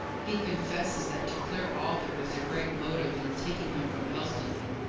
he confesses that to clear arthur was a great motive in taking him from helstonleigh.